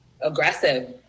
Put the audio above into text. aggressive